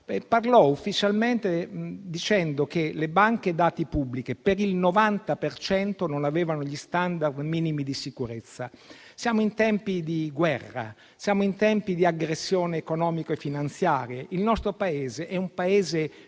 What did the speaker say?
parlò ufficialmente dicendo che le banche dati pubbliche per il 90 per cento non avevano gli *standard* minimi di sicurezza. Siamo in tempi di guerra, siamo in tempi di aggressione economica e finanziaria. Il nostro è un Paese